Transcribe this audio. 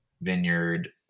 vineyard